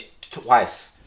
twice